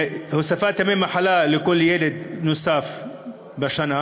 להוספת ימי מחלה לכל ילד נוסף בשנה,